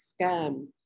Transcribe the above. scam